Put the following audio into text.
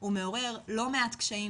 הוא מעורר לא מעט קשיים,